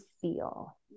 feel